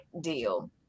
deal